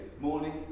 morning